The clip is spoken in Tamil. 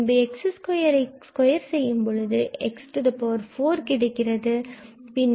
பின்பு x2 இவற்றை ஸ்கொயர் செய்யும் பொழுது மீண்டும் x4 கிடைக்கிறது